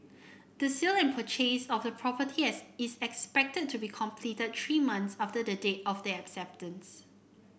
the sale and purchase of the property as is expected to be completed three months after the date of the acceptance